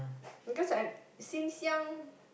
because I since young